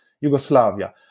Yugoslavia